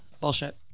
bullshit